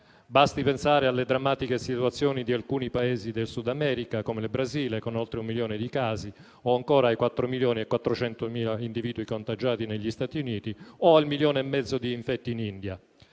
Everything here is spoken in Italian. Basti pensare alla drammatica situazione di alcuni Paesi del Sud America, come il Brasile, con oltre un milione di casi o, ancora, ai 4,4 milioni di individui contagiati negli Stati Uniti o al milione e mezzo di infetti in India.